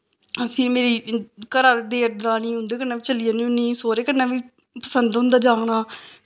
फिर मेरी घरा दे देर दरानी उं'दे कन्नै बी चली जन्नी होन्नी सौह्रै कन्नै बी पसंद होंदा जाना